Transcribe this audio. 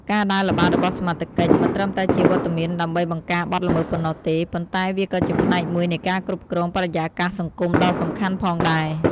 ការដើរល្បាតរបស់សមត្ថកិច្ច មិនត្រឹមតែជាវត្តមានដើម្បីបង្ការបទល្មើសប៉ុណ្ណោះទេ ប៉ុន្តែវាក៏ជាផ្នែកមួយនៃការគ្រប់គ្រងបរិយាកាសសង្គមដ៏សំខាន់ផងដែរ។